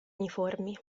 uniformi